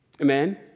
Amen